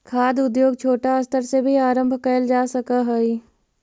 खाद्य उद्योग छोटा स्तर से भी आरंभ कैल जा सक हइ